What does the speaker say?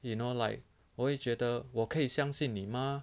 you know like 我会觉得我可以相信你吗